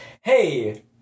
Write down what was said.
Hey